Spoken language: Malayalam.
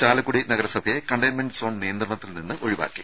ചാലക്കുടി നഗരസഭയെ കണ്ടെയ്ൻമെന്റ് സോൺ നിയന്ത്രണത്തിൽനിന്ന് ഒഴിവാക്കി